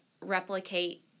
replicate